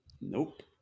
Nope